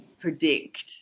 predict